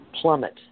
plummet